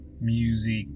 music